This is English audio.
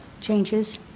Changes